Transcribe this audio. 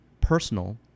personal